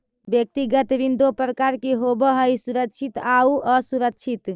व्यक्तिगत ऋण दो प्रकार के होवऽ हइ सुरक्षित आउ असुरक्षित